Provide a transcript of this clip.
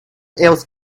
else